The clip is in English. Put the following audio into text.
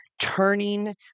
turning